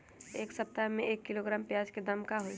एक सप्ताह में एक किलोग्राम प्याज के दाम का होई?